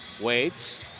Waits